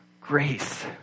grace